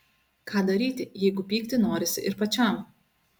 ką daryti jeigu pykti norisi ir pačiam